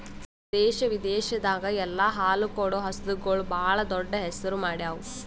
ದೇಶ ವಿದೇಶದಾಗ್ ಎಲ್ಲ ಹಾಲು ಕೊಡೋ ಹಸುಗೂಳ್ ಭಾಳ್ ದೊಡ್ಡ್ ಹೆಸರು ಮಾಡ್ಯಾವು